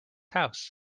house